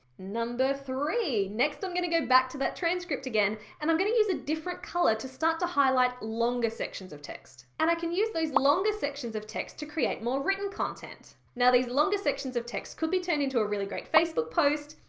number three. next i'm going to get back to that transcript again and i'm going to use a different color to start to highlight longer sections of text, and i can use those longer sections of text to create more written content. now these longer sections of texts could be turned into a really great facebook post,